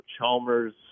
Chalmers